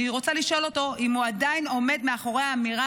אני רוצה לשאול אותו אם הוא עדיין עומד מאחורי האמירה